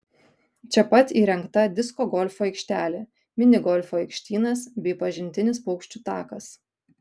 čia pat įrengta disko golfo aikštelė mini golfo aikštynas bei pažintinis paukščių takas